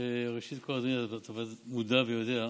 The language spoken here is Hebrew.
ראשית כול, אדוני, אתה מודע, ויודע,